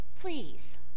please